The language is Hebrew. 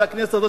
על הכנסת הזאת,